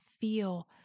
feel